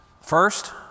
First